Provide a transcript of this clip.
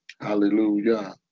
hallelujah